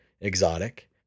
exotic